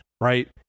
right